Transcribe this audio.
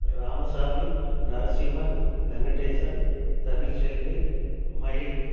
ராமசாமி நரசிம்மன் வெங்கடேசன் தமிழ்ச்செல்வி மயில்